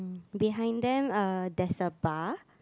behind them uh there's a bar